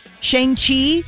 Shang-Chi